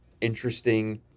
interesting